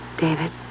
David